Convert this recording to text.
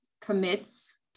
commits